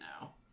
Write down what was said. now